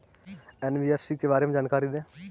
NBFC के बारे में जानकारी दें?